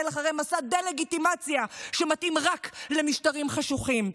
אחרי מסע דה-לגיטימציה שמתאים רק למשטרים חשוכים.